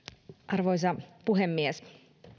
arvoisa puhemies